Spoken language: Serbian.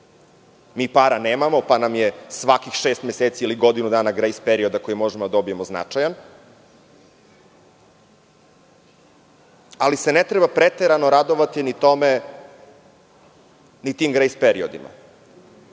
Mi para nemamo pa nam je svakih šest meseci ili godinu dana grejs perioda koji možemo da dobijemo značajan. Ne treba se preterano radovati ni tim grejs periodima.